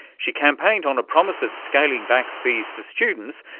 she campaigned on a promise of scaling back fees for students,